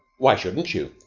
why shouldn't you?